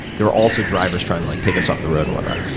there were also drivers trying to like take us off the road and whatnot.